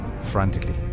frantically